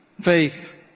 faith